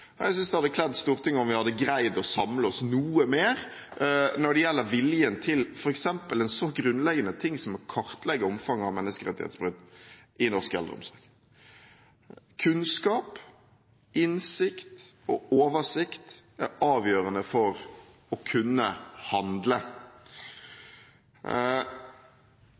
Jeg synes det hadde kledd Stortinget om vi hadde greid å samle oss noe mer når det gjelder viljen til f.eks. noe så grunnleggende som å kartlegge omfanget av menneskerettighetsbrudd i norsk eldreomsorg. Kunnskap, innsikt og oversikt er avgjørende for å kunne handle.